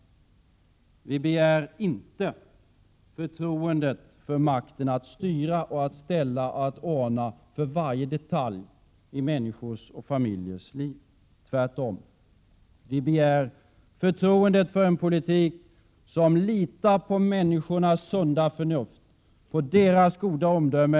Vi begär inte förtroende för makten att styra, ställa och ordna för varje detalj i människors och familjers liv. Vi begär tvärtom förtroende för en politik som litar på människors sunda förnuft och på deras goda omdöme.